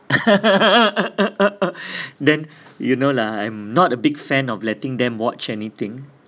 then you know lah I'm not a big fan of letting them watch anything